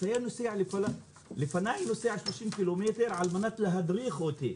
הוא היה נוסע לפניי 30 קילומטר על מנת להדריך אותי.